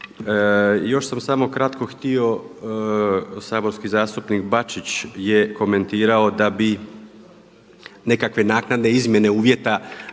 Još sam samo kratko htio, saborski zastupnik Bačić je komentirao da bi nekakve naknadne izmjene uvjeta